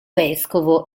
vescovo